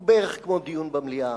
הוא בערך כמו דיון במליאה,